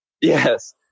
Yes